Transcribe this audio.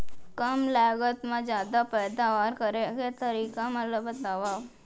कम लागत मा जादा पैदावार करे के तरीका मन ला बतावव?